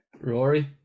Rory